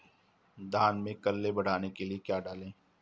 धान में कल्ले बढ़ाने के लिए क्या डालें?